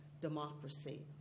democracy